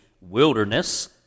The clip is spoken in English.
wilderness